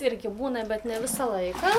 irgi būna bet ne visą laiką